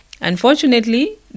Unfortunately